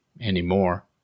anymore